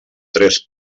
tres